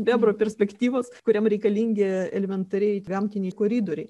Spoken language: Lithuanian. bebro perspektyvos kuriam reikalingi elementariai gamtiniai koridoriai